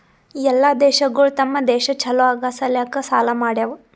ಎಲ್ಲಾ ದೇಶಗೊಳ್ ತಮ್ ದೇಶ ಛಲೋ ಆಗಾ ಸಲ್ಯಾಕ್ ಸಾಲಾ ಮಾಡ್ಯಾವ್